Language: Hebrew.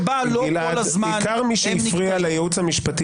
יש בוועדות המייעצות.